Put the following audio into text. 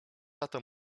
lata